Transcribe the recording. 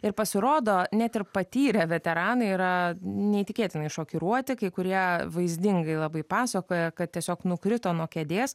ir pasirodo net ir patyrę veteranai yra neįtikėtinai šokiruoti kai kurie vaizdingai labai pasakoja kad tiesiog nukrito nuo kėdės